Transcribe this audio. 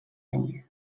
any